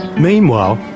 meanwhile,